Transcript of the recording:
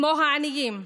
כמו העניים,